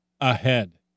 ahead